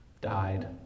died